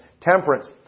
temperance